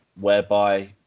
whereby